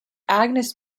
agnes